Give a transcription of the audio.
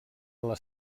les